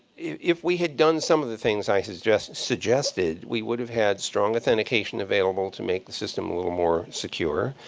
if we had done some of the things i so suggested, we would have had strong authentication available to make the system a little more secure.